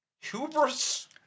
Hubris